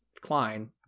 Klein